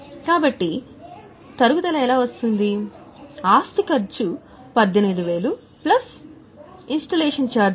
కాబట్టి తరుగుదల 18000 ప్లస్ 2000 కాబట్టి మొత్తం ఖర్చు రూ